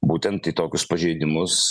būtent į tokius pažeidimus